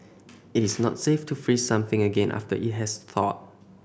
it is not safe to freeze something again after it has thawed